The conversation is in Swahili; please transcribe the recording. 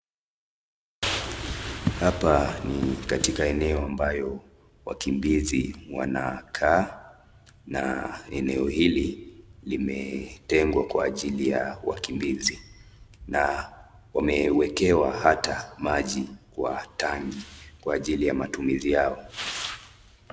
Hapa ni katika eneo ambayo wakimbizi wanakaa na eneo hili limetengwa kwa ajili ya wakimbizi na wamewekewa hata maji kwa tanki kwa ajili ya matumizi yao.